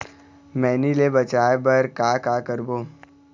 मैनी ले बचाए बर का का करबो?